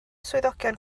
swyddogion